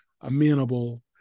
amenable